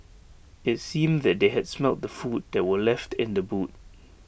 IT seemed that they had smelt the food that were left in the boot